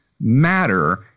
matter